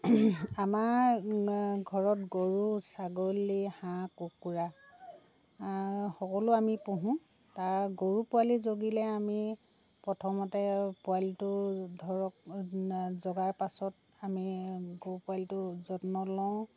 আমাৰ ঘৰত গৰু ছাগলী হাঁহ কুকুৰা সকলো আমি পোহোঁ তাৰ গৰু পোৱালি জগিলে আমি প্ৰথমতে পোৱালিটো ধৰক জগাৰ পাছত আমি গৰু পোৱালিটো যত্ন লওঁ